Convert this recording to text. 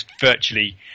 virtually